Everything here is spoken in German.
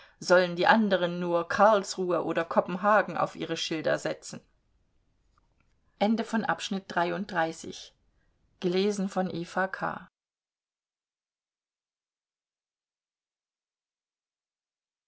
sollen die anderen nur karlsruhe oder kopenhagen auf ihre schilder setzen